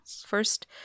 First